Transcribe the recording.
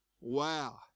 wow